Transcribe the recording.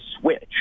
switch